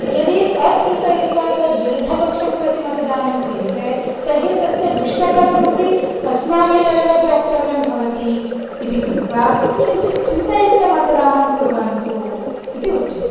यदि अचिन्तयित्त्वा तद्विरुद्दपक्षं प्रति मतदानं क्रियते तर्हि तस्य दुष्टफलमपि अस्माभिरेव भोक्तव्यं भवति इति कृत्त्वा किञ्चित् चिन्तयित्त्वा मतदानं कुर्वन्तु इति उच्यते